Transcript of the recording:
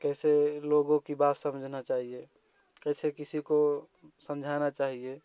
कैसे लोगों की बात समझना चाहिए कैसे किसी को समझाना चाहिए